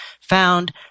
found